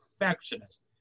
perfectionist